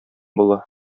була